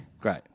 Great